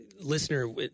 listener